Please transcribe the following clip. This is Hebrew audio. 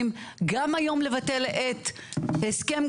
יכול לקחת שכר שוטר מתחיל,